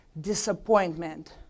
disappointment